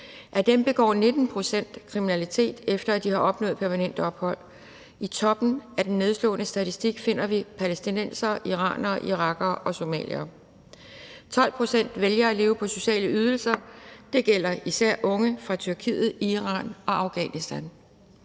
Af dem begår 19 pct. kriminalitet, efter at de har opnået permanent ophold. I toppen af den nedslående statistik finder vi palæstinensere, iranere, irakere og somaliere. 12 pct. vælger at leve på sociale ydelser; det gælder især unge fra Tyrkiet, Iran og Afghanistan.